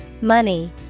Money